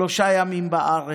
שלושה ימים בארץ,